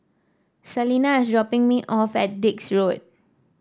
Salina is dropping me off at Dix Road